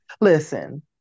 listen